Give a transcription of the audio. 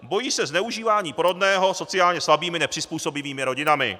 Bojí se zneužívání porodného sociálně slabými nepřizpůsobivými rodinami.